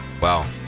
Wow